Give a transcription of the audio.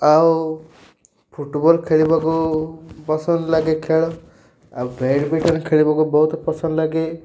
ଆଉ ଫୁଟ୍ବଲ୍ ଖେଳିବାକୁ ପସନ୍ଦ ଲାଗେ ଖେଳ ଆଉ ବ୍ୟାଡ଼ମିଣ୍ଟନ୍ ଖେଳିବାକୁ ବହୁତ ପସନ୍ଦ ଲାଗେ